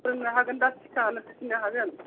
फोरोंनो हागोन्दा सिखा होनो सिखिनो हागोन